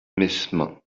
mesmin